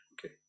Okay